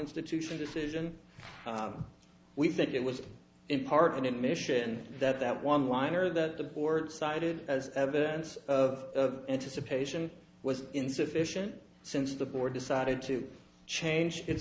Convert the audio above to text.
institution decision we think it was in part an admission that that one liner that the board cited as evidence of anticipation was insufficient since the board decided to change its